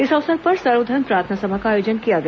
इस अवसर पर सर्वधर्म प्रार्थना सभा का आयोजन किया गया